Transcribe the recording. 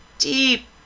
Deep